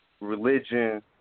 religion